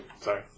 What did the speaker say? Sorry